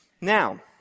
Now